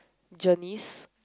Janice